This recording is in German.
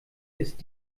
ist